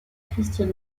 christian